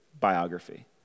biography